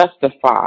justify